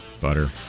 Butter